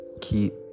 keep